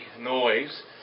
noise